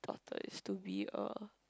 daughter is to be a